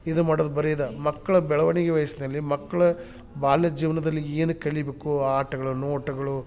ಇದು ಮಾಡೋದು ಬರಿ ಇದ ಮಕ್ಕಳ ಬೆಳವಣಿಗೆ ವಯಸ್ಸಿನಲ್ಲಿ ಮಕ್ಕಳ ಬಾಲ್ಯ ಜೀವನದಲ್ಲಿ ಏನು ಕಲಿಬೇಕು ಆಟಗಳು ನೋಟಗಳು